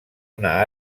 una